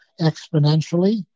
exponentially